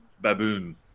Baboon